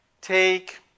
take